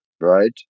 right